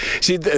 See